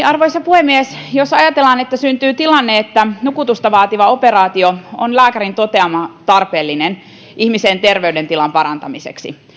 arvoisa puhemies ajatellaan että syntyy tilanne että nukutusta vaativa operaatio on lääkärin toteamana tarpeellinen ihmisen terveydentilan parantamiseksi